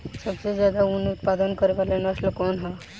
सबसे ज्यादा उन उत्पादन करे वाला नस्ल कवन ह?